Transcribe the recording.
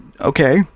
Okay